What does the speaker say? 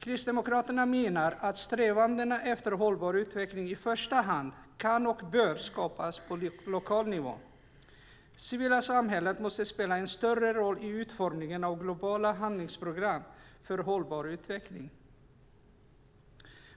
Kristdemokraterna menar att strävandena efter hållbar utveckling i första hand kan och bör skapas på lokal nivå. Civilsamhället måste spela en större roll i utformningen av globala handlingsprogram för hållbar utveckling.